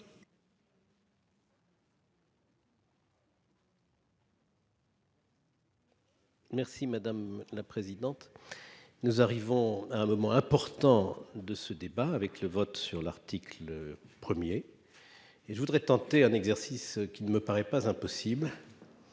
Merci madame la présidente. Nous arrivons à un moment important de ce débat avec le vote sur l'article. 1er. Et je voudrais tenter un exercice qui ne me paraît pas impossible.